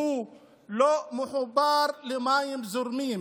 לא מחובר למים זורמים.